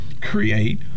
create